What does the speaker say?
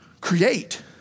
create